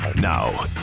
Now